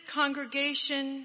congregation